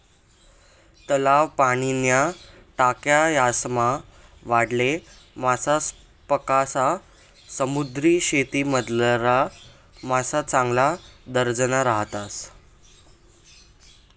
तलाव, पाणीन्या टाक्या यासमा वाढेल मासासपक्सा समुद्रीशेतीमझारला मासा चांगला दर्जाना राहतस